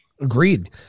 Agreed